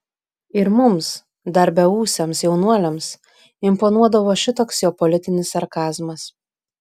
ir mums dar beūsiams jaunuoliams imponuodavo šitoks jo politinis sarkazmas